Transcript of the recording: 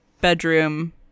bedroom